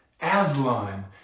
Aslan